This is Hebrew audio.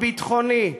הביטחוני,